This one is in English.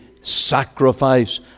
sacrifice